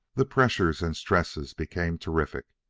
the pressures and stresses became terrific.